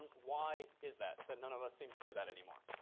um why is that but none of us seem to do that anymore?